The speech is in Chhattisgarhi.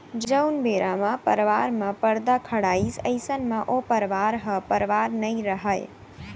जउन बेरा म परवार म परदा खड़ाइस अइसन म ओ परवार ह परवार नइ रहय